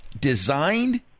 designed